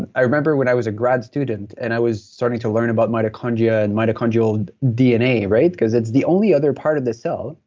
i remember when i was a grad student and i was starting to learn about mitochondria and mitochondrial dna. cause it's the only other part of the cell,